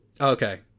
Okay